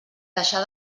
deixar